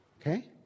Okay